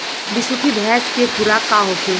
बिसुखी भैंस के खुराक का होखे?